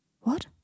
What